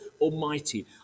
Almighty